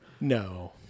No